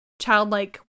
childlike